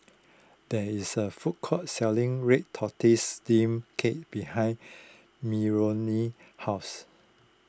there is a food court selling Red Tortoise Steamed Cake behind Meronie's house